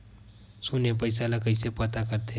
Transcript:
शून्य पईसा ला कइसे पता करथे?